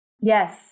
Yes